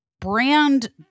brand